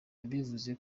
yabivuze